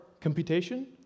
computation